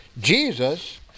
Jesus